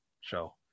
show